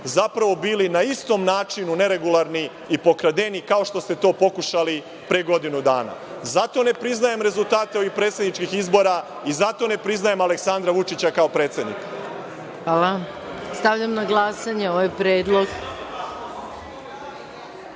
zapravo bili na istom načinu neregularni i pokradeni, kao što ste to pokušali pre godinu dana. Zato ne priznajem rezultate ovih predsedničkih izbora i zato ne priznajem Aleksandra Vučića kao predsednika. **Maja Gojković** Hvala. Stavljam na glasanje ovaj